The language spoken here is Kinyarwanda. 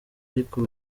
ariko